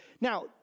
Now